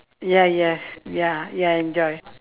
ya yes ya ya enjoy